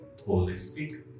holistic